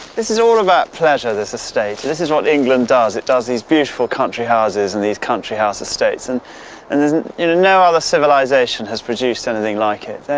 this is all about pleasure, this estate, and this is what england does, it does these beautiful country houses in these country house estates and and there's no other civilization has produced anything like it,